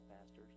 pastors